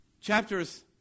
chapters